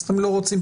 אז אתם לא רוצים,